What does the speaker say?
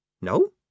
No